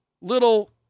little